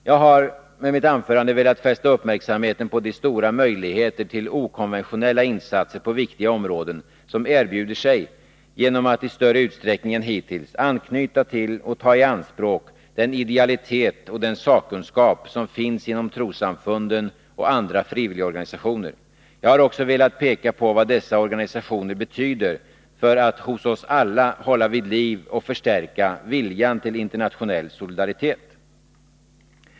Jag har med mitt anförande velat fästa uppmärksamheten på de stora möjligheter till okonventionella insatser på viktiga områden som erbjuder sig genom att man i större utsträckning än hittills anknyter till och tar i anspråk den idealitet och den sakkunskap som finns inom trossamfunden och andra frivilligorganisationer. Jag har också velat peka på vad dessa organisationer betyder för att hos oss alla hålla vid liv och förstärka viljan till internationell solidaritet.